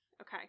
okay